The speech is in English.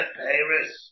paris